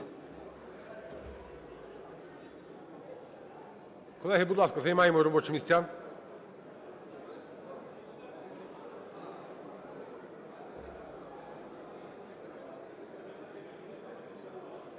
Колеги, будь ласка, займаємо робочі місця.